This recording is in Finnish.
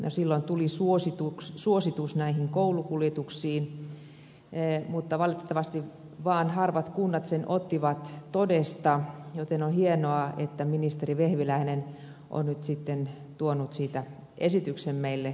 silloin tuli suositus näihin koulukuljetuksiin mutta valitettavasti vain harvat kunnat sen ottivat todesta joten on hienoa että ministeri vehviläinen on nyt sitten tuonut siitä esityksen meille lakitasolla